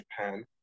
Japan